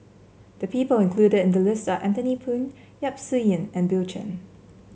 the people included in the list are Anthony Poon Yap Su Yin and Bill Chen